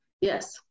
Yes